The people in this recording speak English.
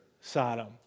Sodom